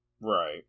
Right